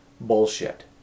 bullshit